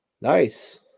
Nice